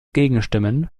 gegenstimmen